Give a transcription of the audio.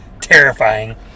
terrifying